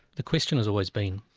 the question has always been,